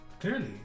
clearly